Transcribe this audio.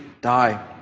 die